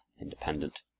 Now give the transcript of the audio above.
independent